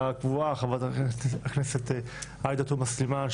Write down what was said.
הקבועה חבר הכנסת עאידה תומא סולימאן,